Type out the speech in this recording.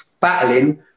battling